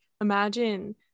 imagine